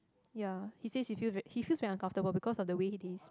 ya he says he feel very he feels very uncomfortable because of the way it is